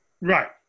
Right